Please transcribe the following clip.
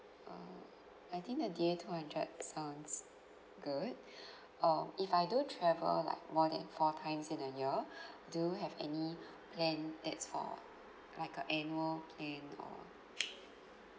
err I think the D_A two hundred sounds good uh if I do travel like more than four times in a year do you have any plan that's for like a annual plan or